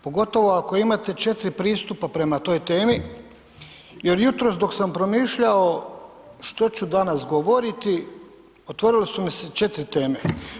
Pogotovo ako imate 4 pristupa prema toj temi jer jutros dok sam promišljao što ću danas govoriti, otvorile su mi se 4 teme.